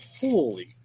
Holy